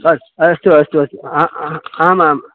अस्तु अस्तु अस्तु अस्तु आ आमाम्